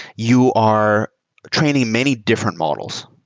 you are training many different models,